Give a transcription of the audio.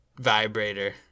vibrator